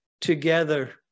together